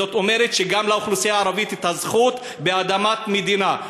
זאת אומרת שגם לאוכלוסייה הערבית יש זכות באדמת מדינה.